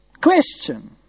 Question